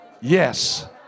Yes